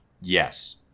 Yes